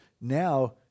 now